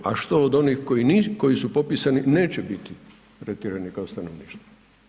a što od onih koji su popisani neće biti tretirani kao stanovništvo.